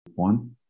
one